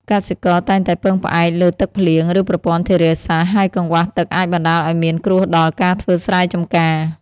កសិករតែងតែពឹងផ្អែកលើទឹកភ្លៀង ឬប្រព័ន្ធធារាសាស្ត្រ ហើយកង្វះទឹកអាចបណ្តាលឱ្យមានគ្រោះដល់ការធ្វើស្រែចំការ។